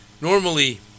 Normally